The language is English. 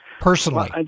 personally